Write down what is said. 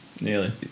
nearly